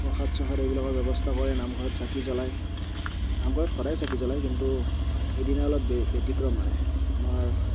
প্ৰসাদ চসাদ এইবিলাকৰ ব্যৱস্থা কৰে নাম ঘৰত চাকি জ্বলাই নাম ঘৰত সদায় চাকি জ্বলাই কিন্তু সেইদিনা অলপ ব্য়তিক্ৰম মানে আমাৰ